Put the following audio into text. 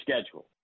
schedule